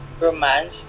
romance